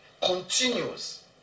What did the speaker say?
Continues